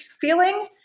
feeling